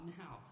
now